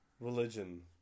religion